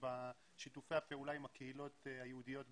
ובשיתופי הפעולה עם הקהילות היהודיות בחו"ל.